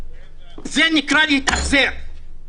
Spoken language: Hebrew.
זה נקרא "להתאכזר".